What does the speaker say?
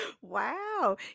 Wow